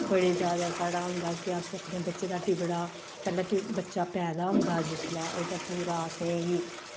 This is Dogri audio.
बड़े जैदा साढ़ा होंदा कि अस अपने बच्चें दा टिवड़ा पैह्लें बच्चा पैदा होंदा जिसलै औह्दा पूरा असें गी